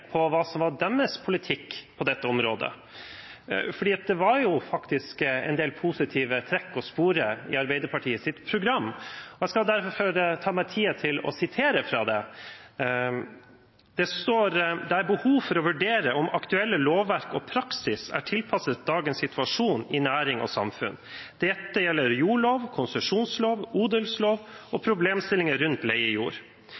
på hva som var deres politikk på dette området. Det var jo faktisk en del positive trekk å spore i Arbeiderpartiets program, og jeg skal derfor ta meg tid til å sitere fra det. Det står: «Det er behov for å vurdere om aktuelle lovverk og praksis er tilpasset dagens situasjon i næring og samfunn. Dette gjelder jordlov, konsesjonslov, odelslov og problemstillinger rundt leiejord. Tilpasningene må legge til rette for at interesserte ungdommer/personer kan få plass i